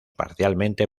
parcialmente